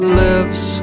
lives